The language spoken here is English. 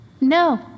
No